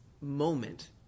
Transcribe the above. moment